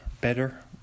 better